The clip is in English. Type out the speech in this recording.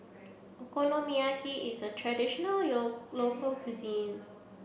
Okonomiyaki is a traditional local cuisine